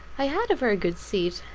i had a very good seat,